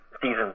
season